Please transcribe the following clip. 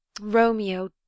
Romeo